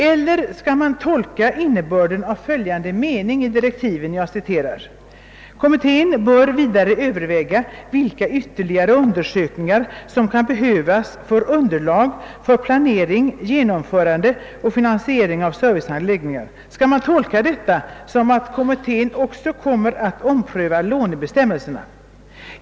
I direktiven står följande mening: »Kommittén bör vidare överväga vilka ytterligare undersökningar som kan behövas som underlag för planering, genomförande och finansiering av serviceanläggningar.» Skall detta tolkas så, att kommittén också kommer att ompröva lånebestämmelserna?